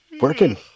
working